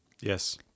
Yes